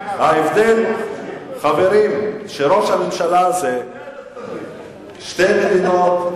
חברים, חזון שתי המדינות,